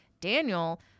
Daniel